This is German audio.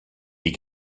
die